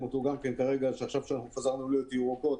אותו כרגע כאשר חזרנו להיות מדינה ירוקה,